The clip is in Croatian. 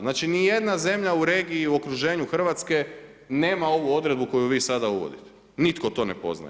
Znači ni jedna zemlja u regiji u okruženju Hrvatske nema ovu odredbu koju vi sada uvodite, nitko to ne poznaje.